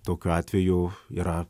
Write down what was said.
tokiu atveju yra